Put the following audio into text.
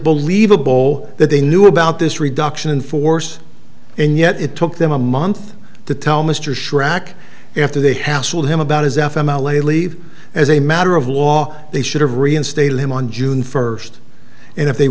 believable that they knew about this reduction in force and yet it took them a month to tell mr schrock after they have told him about his f m l a leave as a matter of law they should have reinstated him on june first and if they